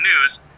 news